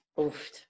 Oof